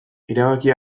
erabakia